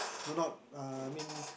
do not uh I mean